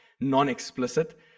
non-explicit